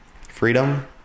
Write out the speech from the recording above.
freedom